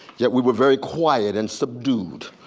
yet we were very quiet and subdued.